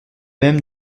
même